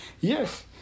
Yes